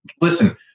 listen